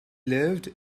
lived